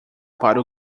para